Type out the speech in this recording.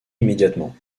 immédiatement